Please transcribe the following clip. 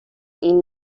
این